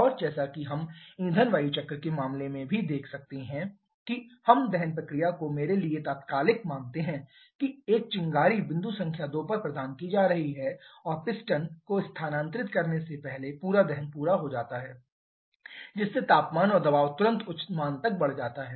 और जैसा कि हम ईंधन वायु चक्र के मामले में भी देख सकते हैं कि हम दहन प्रक्रिया को मेरे लिए तात्कालिक मानते हैं कि एक चिंगारी बिंदु संख्या 2 पर प्रदान की जा रही है और पिस्टन को स्थानांतरित करने से पहले पूरा दहन पूरा हो जाता है जिससे तापमान और दबाव तुरंत उच्च मान तक बढ़ जाता है